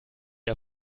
ihr